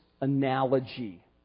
analogy